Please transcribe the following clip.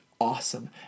awesome